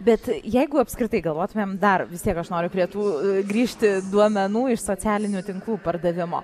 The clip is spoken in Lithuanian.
bet jeigu apskritai galvotumėm dar vis tiek aš noriu prie tų grįžti duomenų iš socialinių tinklų pardavimo